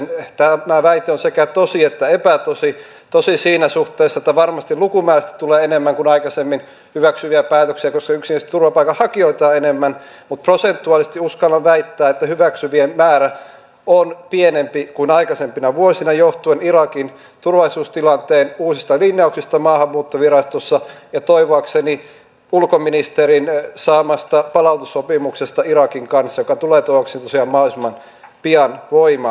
tämä väite on sekä tosi että epätosi tosi siinä suhteessa että varmasti lukumääräisesti tulee enemmän kuin aikaisemmin hyväksyviä päätöksiä koska yksinkertaisesti turvapaikanhakijoita on enemmän mutta prosentuaalisesti uskallan väittää että hyväksyvien määrä on pienempi kuin aikaisempina vuosina johtuen irakin turvallisuustilanteen uusista linjauksista maahanmuuttovirastossa ja toivoakseni ulkoministerin saamasta palautussopimuksesta irakin kanssa joka tulee mahdollisimman pian voimaan